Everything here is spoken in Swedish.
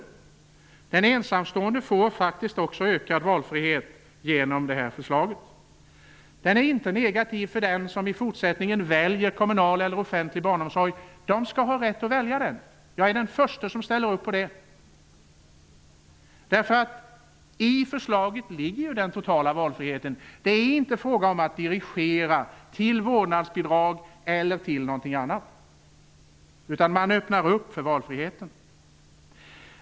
Den ensamstående får faktiskt också ökad valfrihet genom detta förslag. Den är inte negativ för dem som i fortsättningen väljer kommunal eller offentlig barnomsorg. De skall ha rätt att välja sådan omsorg. Jag är den förste att ställa upp på det. I förslaget finns den totala valfriheten. Det är inte fråga om att dirigera till vårdnadsbidrag eller till någonting annat, utan man öppnar för valfriheten.